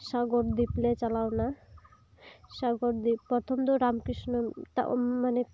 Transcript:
ᱥᱟᱜᱚᱨ ᱫᱤᱯ ᱞᱮ ᱪᱟᱞᱟᱣ ᱮᱱᱟ ᱥᱟᱜᱚᱨᱫᱤᱯ ᱯᱨᱚᱛᱷᱚᱢ ᱫᱚ ᱨᱟᱢ ᱠᱨᱤᱥᱱᱚ ᱢᱤᱥᱚᱱ